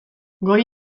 goi